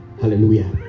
Hallelujah